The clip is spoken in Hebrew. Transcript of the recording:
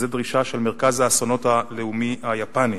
זאת דרישה של מרכז האסונות הלאומי היפני.